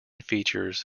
features